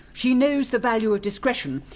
she knows the value of discretion,